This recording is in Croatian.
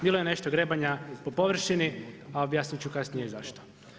Bilo je nešto grebanja po površini, a objasnit ću kasnije i zašto.